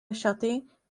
šaty